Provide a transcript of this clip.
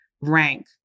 rank